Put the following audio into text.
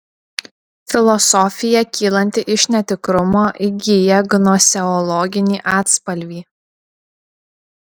filosofija kylanti iš netikrumo įgyja gnoseologinį atspalvį